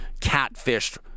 catfished